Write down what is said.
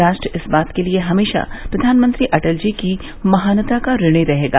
राष्ट्र इस बात के लिए हमेशा प्रधानमंत्री अटल जी की महानता का ऋण रहेगा